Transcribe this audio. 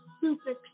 super